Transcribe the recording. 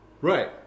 Right